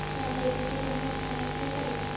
ତା ପାଇଁ ଏଜୁକେସନ୍ ପାଇଁ ଫାଇନାନ୍ସ ନେଇପାରିବୁ